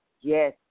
Yes